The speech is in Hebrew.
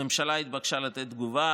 הממשלה התבקשה לתת תגובה.